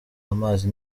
amazi